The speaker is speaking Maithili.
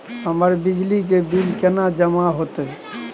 हमर बिजली के बिल केना जमा होते?